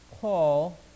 Paul